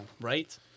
right